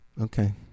Okay